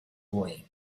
boy